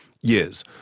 years